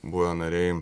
buvę nariai